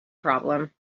problem